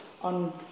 on